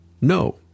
No